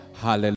Hallelujah